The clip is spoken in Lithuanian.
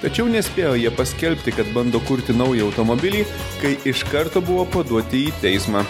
tačiau nespėjo jie paskelbti kad bando kurti naują automobilį kai iš karto buvo paduoti į teismą